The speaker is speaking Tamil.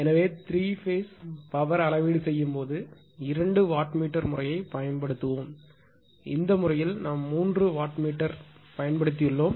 எனவே த்ரீ பேஸ் பவர் அளவீடு செய்யும் போது இரண்டு வாட் மீட்டர் முறையைப் பயன்படுத்துவோம் இந்த முறையில் நாம் மூன்று வாட் மீட்டர் பயன்படுத்தியுள்ளோம்